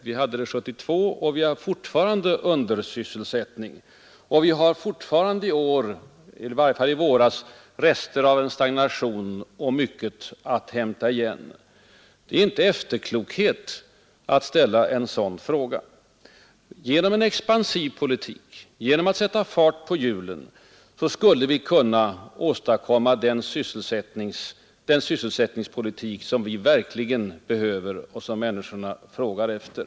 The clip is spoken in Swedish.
Vi hade det 1972, och vi har fortfarande undersysselsättning. Vi har alltjämt — eller hade det i varje fall i våras — rester av en stagnation och mycket att hämta igen. Det är inte efterklokhet att ställa den fråga jag gjorde. Genom en expansiv politik, genom att sätta fart på hjulen, skulle vi kunna åstadkomma den sysselsättningspolitik som landet behöver och som människorna frågar efter.